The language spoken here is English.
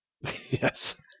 Yes